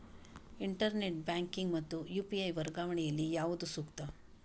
Internet banking ಮತ್ತು UPI ವರ್ಗಾವಣೆ ಯಲ್ಲಿ ಯಾವುದು ಸೂಕ್ತ?